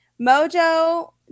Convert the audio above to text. Mojo